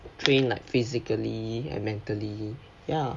train like physically and mentally ya